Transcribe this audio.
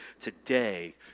Today